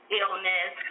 illness